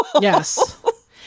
Yes